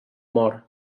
mor